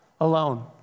alone